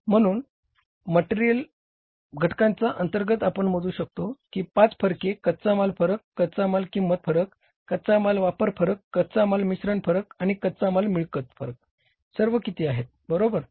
म्हणून मटेरियल घटकांच्या अंतर्गत आपण मोजू शकतो की पाच फरके कच्चा माल खर्च फरक कच्चा माल किंमत फरक कच्चा माल वापर फरक कच्चा माल मिश्रण फरक आणि कच्चा माल मिळकत फरक सर्व किती आहेत बरोबर